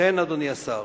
אכן, אדוני השר,